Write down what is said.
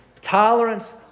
tolerance